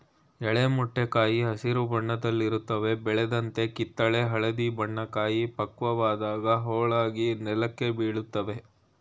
ಎಳೆ ಮೊಟ್ಟೆ ಕಾಯಿ ಹಸಿರು ಬಣ್ಣದಲ್ಲಿರುತ್ವೆ ಬೆಳೆದಂತೆ ಕಿತ್ತಳೆ ಹಳದಿ ಬಣ್ಣ ಕಾಯಿ ಪಕ್ವವಾದಾಗ ಹೋಳಾಗಿ ನೆಲಕ್ಕೆ ಬೀಳ್ತವೆ